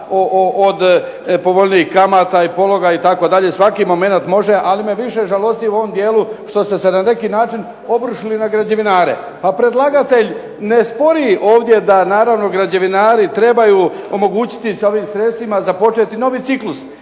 od povoljnijih kamata i pologa itd., svaki momenat može, ali me više žalosti u ovom dijelu što ste se na neki način obrušili na građevinare. Pa predlagatelj ne spori ovdje da naravno građevinari trebaju omogućiti sa ovim sredstvima započeti novi ciklus